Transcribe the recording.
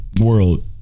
world